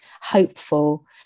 hopeful